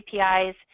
APIs